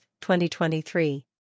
2023